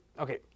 okay